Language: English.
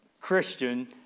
christian